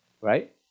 right